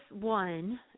one